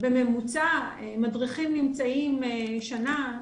בממוצע מדריכים נמצאים שנה,